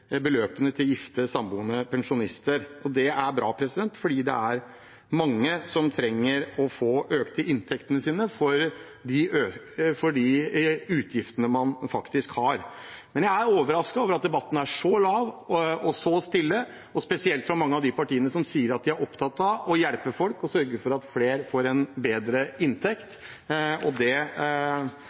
beløpene til gifte og samboende pensjonister. Det er bra fordi mange trenger å få økt inntektene sine for de utgiftene man faktisk har. Jeg er overrasket over at debatten er så lav og så stille, spesielt fra mange av de partiene som sier de er opptatt av å hjelpe folk og sørge for at flere får en bedre inntekt. Jeg er overrasket over SV og Arbeiderpartiet, men det